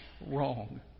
wrong